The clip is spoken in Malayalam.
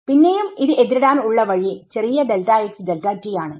പിന്നെയും ഇത് എതിരിടാൻ ഉള്ള വഴി ചെറിയ ആണ്